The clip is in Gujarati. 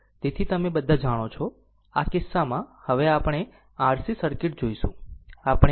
તેથી તમે બધા જાણો છો આ કિસ્સામાં હવે આપણે RC સર્કિટ જોઈશું